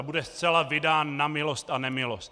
Bude zcela vydán na milost a nemilost.